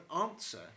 answer